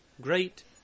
great